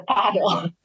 paddle